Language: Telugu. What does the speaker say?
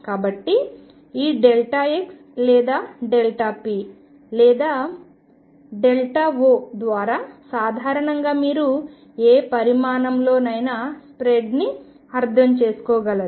కాబట్టి ఈ x లేదాp లేదా O ద్వారా సాధారణంగా మీరు ఏ పరిమాణంలోనైనా స్ప్రెడ్ని అర్థంచేసుకోగలరు